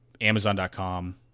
Amazon.com